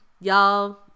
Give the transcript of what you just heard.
y'all